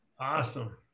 Awesome